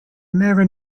never